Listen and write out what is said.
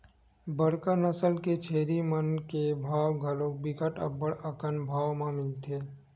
बड़का नसल के छेरी मन के भाव घलोक बिकट अब्बड़ अकन भाव म मिलथे